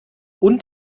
und